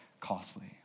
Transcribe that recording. costly